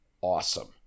awesome